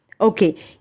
Okay